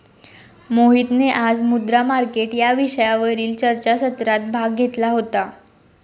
मोहितने आज मुद्रा मार्केट या विषयावरील चर्चासत्रात भाग घेतला होता